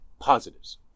Positives